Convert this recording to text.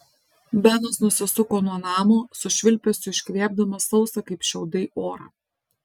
benas nusisuko nuo namo su švilpesiu iškvėpdamas sausą kaip šiaudai orą